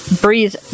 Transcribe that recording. breathe